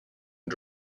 and